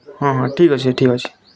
ହଁ ହଁ ଠିକ୍ ଅଛି ଠିକ୍ ଅଛି